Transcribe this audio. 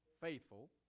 faithful